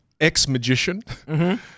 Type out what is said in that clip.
ex-magician